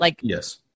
Yes